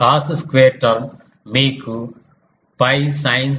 cos square term మీకు 𝛑 sin square factor ని ఇస్తుంది